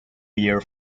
year